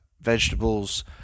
vegetables